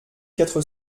quatre